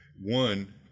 One